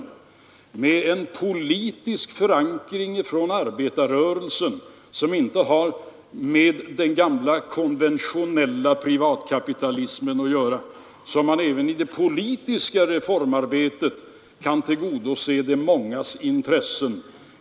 Vi har vidare en politisk förankring från arbetarrörelsen som inte har med den gamla konventionella privatkapitalismen att göra, och som gör att vi Nr 98 även i det politiska reformarbetet kan tillgodose de mångas intressen.